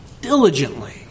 diligently